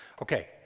Okay